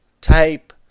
type